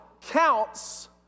counts